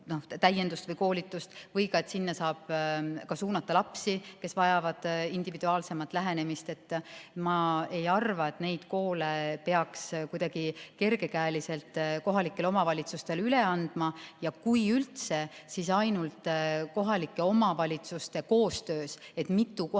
täienduskoolitust, ja sinna saaks suunata ka lapsi, kes vajavad individuaalsemat lähenemist. Ma ei arva, et neid koole peaks kuidagi kergekäeliselt kohalikele omavalitsustele üle andma. Kui üldse, siis ainult kohalike omavalitsuste koostöös, see tähendab,